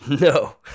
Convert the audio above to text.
No